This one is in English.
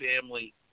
family